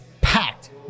packed